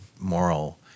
moral